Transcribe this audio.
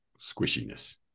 squishiness